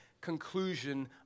conclusion